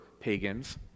pagans